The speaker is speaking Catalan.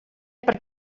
per